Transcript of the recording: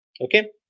okay